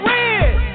Red